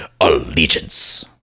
Allegiance